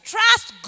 Trust